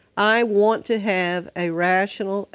i want to have a rational,